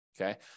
Okay